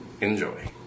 Enjoy